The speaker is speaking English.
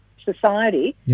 Society